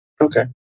Okay